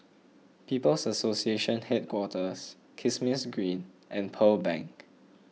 People's Association Headquarters Kismis Green and Pearl Bank